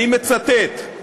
אני מצטט: